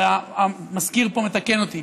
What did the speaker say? המזכיר פה מתקן אותי.